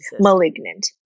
Malignant